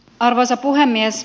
arvoisa puhemies